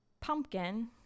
pumpkin